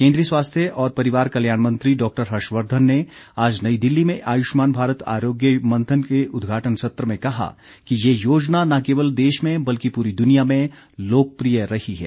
केन्द्रीय स्वास्थ्य और परिवार कल्याण मंत्री डॉक्टर हर्षवर्धन ने आज नई दिल्ली में आयुष्मान भारत आरोग्य मंथन के उद्घाटन सत्र में कहा कि यह योजना न केवल देश में बल्कि पूरी दुनिया में लोकप्रिय रही है